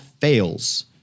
fails